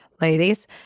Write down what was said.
ladies